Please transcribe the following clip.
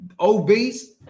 obese